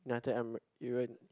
united emir~ iran